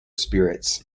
spirits